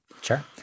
Sure